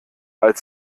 als